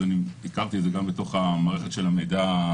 אז הכרתי את זה גם מתוך מערכת המידע הפלילי.